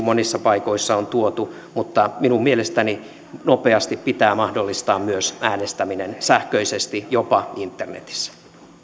monissa paikoissa on tuotu mutta minun mielestäni nopeasti pitää mahdollistaa myös äänestäminen sähköisesti jopa internetissä